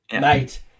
Mate